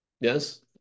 Yes